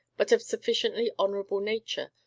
but of sufficiently honourable nature,